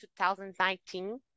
2019